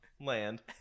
land